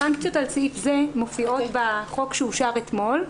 הסנקציות על סעיף זה מופיעות בחוק שאושר אתמול,